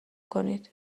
کنید